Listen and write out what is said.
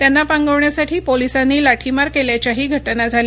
त्यांना पांगवण्यासाठी पोलिसांनी लाठीमार केल्याच्याही घटना झाल्या